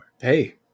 Hey